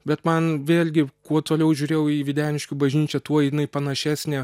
bet man vėlgi kuo toliau žiūrėjau į videniškių bažnyčią tuo jinai panašesnė